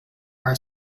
our